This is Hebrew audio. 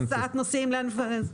להסעת נוסעים וכולי.